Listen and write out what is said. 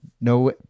No